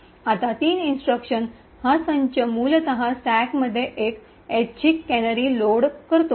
आता तीन इन्स्ट्रक्शन हा संच मूलत स्टॅकमध्ये एक यादृच्छिक रैन्डम् random कॅनरी लोड करतो